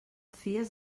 fies